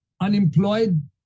unemployed